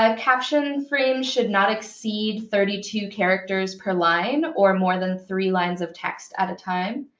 ah caption frame should not exceed thirty two characters per line or more than three lines of text at a time.